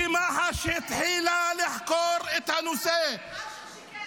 וכשמח"ש התחילה לחקור את הנושא --- אלשיך שקרן.